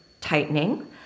tightening